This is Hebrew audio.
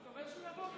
אני מקווה שהוא יבוא.